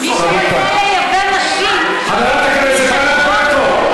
מי שרוצה לייבא נשים, חברת הכנסת ענת ברקו,